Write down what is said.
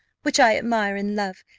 which i admire and love,